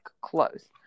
close